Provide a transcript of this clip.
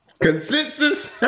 Consensus